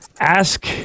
ask